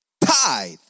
tithe